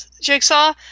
jigsaw